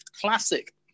Classic